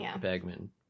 Bagman